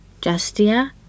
Justia